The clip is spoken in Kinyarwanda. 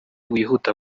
wihuta